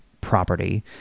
property